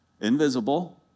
invisible